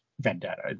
Vendetta